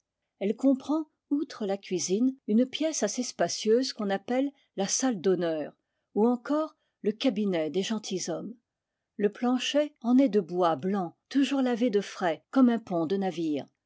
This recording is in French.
elle comprend outre la cuisine une pièce assez spacieuse qu'on appelle la salle d'honneur ou encore le cabinet des gentilshommes d le plancher en est de bois blanc toujours lavé de frais comme un pont de navire